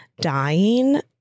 dying